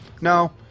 no